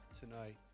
tonight